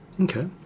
Okay